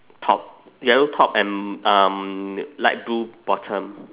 top yellow top and um light blue bottom